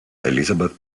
elizabeth